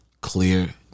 clear